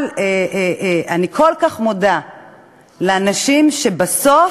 אבל אני כל כך מודה לאנשים שבסוף,